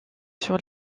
sur